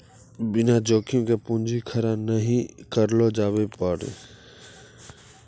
बिना जोखिम के पूंजी खड़ा नहि करलो जावै पारै